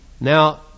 Now